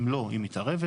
אם לא, היא מתערבת.